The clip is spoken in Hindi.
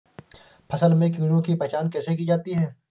फसल में कीड़ों की पहचान कैसे की जाती है?